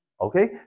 Okay